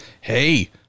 Hey